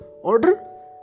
order